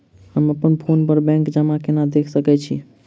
हम अप्पन फोन पर बैंक जमा केना देख सकै छी?